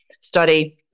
study